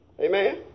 amen